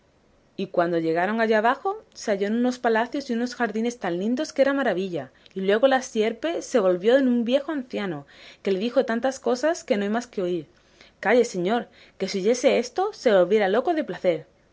y cuando llegaron allá bajo se halló en unos palacios y en unos jardines tan lindos que era maravilla y luego la sierpe se volvió en un viejo anciano que le dijo tantas de cosas que no hay más que oír calle señor que si oyese esto se volvería loco de placer